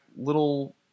little